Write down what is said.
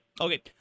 Okay